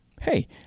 Hey